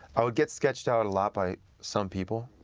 i would get sketched out a lot by some people.